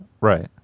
Right